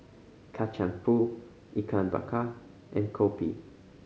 Kacang Pool Ikan Bakar and kopi